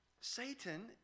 Satan